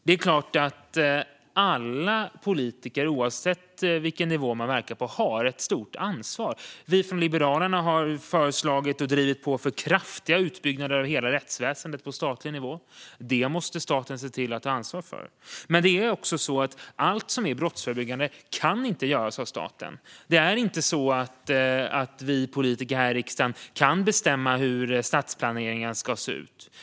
Det är klart att alla politiker, oavsett vilken nivå man verkar på, har ett stort ansvar. Vi från Liberalerna har föreslagit och driver på statlig nivå på för en kraftig utbyggnad av hela rättsväsendet. Det måste staten se till att ta ansvar för. Men allt som är brottsförebyggande kan inte göras av staten. Det är inte så att vi politiker här i riksdagen kan bestämma hur stadsplaneringar ska se.